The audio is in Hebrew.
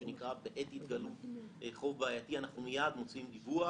בעת התגלות חוב בעייתי אנחנו מיד מוציאים דיווח.